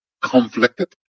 conflicted